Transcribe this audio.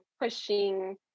pushing